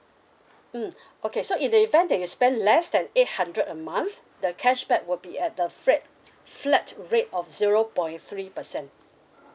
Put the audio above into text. mm okay so in the event that you spend less than eight hundred a month the cashback will be at the flat rate of zero point three percent